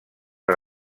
per